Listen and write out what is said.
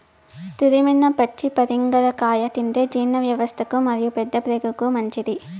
తురిమిన పచ్చి పరింగర కాయ తింటే జీర్ణవ్యవస్థకు మరియు పెద్దప్రేగుకు మంచిది